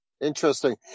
interesting